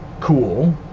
cool